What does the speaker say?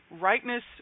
rightness